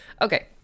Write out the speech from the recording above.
Okay